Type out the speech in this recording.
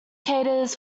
caters